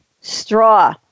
straw